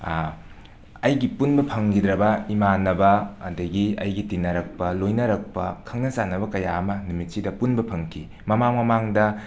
ꯑꯩꯒꯤ ꯄꯨꯟꯕ ꯐꯪꯈꯤꯗ꯭ꯔꯕ ꯏꯃꯥꯟꯅꯕ ꯑꯗꯒꯤ ꯑꯩꯒ ꯇꯤꯟꯅꯔꯛꯄ ꯂꯣꯏꯅꯔꯛꯄ ꯈꯪꯅ ꯆꯥꯟ ꯅꯕ ꯀꯌꯥ ꯑꯃ ꯅꯨꯃꯤꯠꯁꯤꯗ ꯄꯨꯟꯕ ꯐꯪꯈ ꯃꯃꯥꯡ ꯃꯃꯥꯡꯗ ꯑꯩꯒꯤ